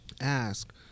ask